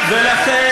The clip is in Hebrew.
ולא,